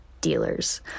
dealers